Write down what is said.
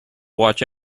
watch